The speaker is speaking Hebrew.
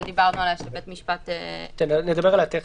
שדיברנו עליה, שבית משפט --- תיכף נדבר עליה.